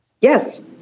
Yes